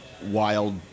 wild